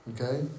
Okay